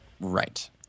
Right